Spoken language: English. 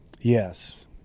Yes